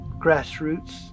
grassroots